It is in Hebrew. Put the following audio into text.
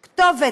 כתובת,